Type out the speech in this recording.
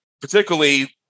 particularly